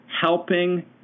helping